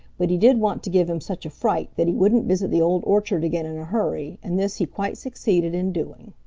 but he did want to give him such a fright that he wouldn't visit the old orchard again in a hurry, and this he quite succeeded in doing.